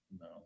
no